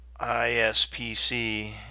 ispc